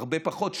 הרבה פחות,